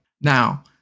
Now